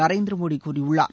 நரேந்திர மோடி கூறியுள்ளார்